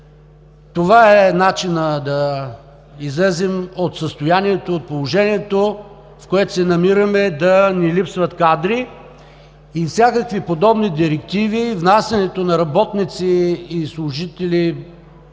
Това е начинът да излезем от състоянието, от положението, в което се намираме – да ни липсват кадри, и всякакви подобни директиви, внасянето на работници и служители,